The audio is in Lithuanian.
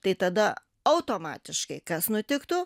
tai tada automatiškai kas nutiktų